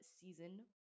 season